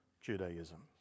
Judaism